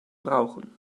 brauchen